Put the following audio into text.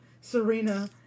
Serena